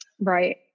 Right